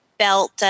belt